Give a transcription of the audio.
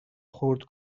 خرد